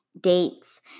dates